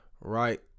Right